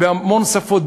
בהמון שפות.